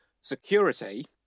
Security